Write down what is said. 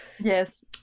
Yes